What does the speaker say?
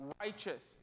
righteous